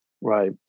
Right